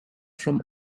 from